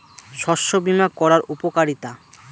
শস্য বিমা করার উপকারীতা?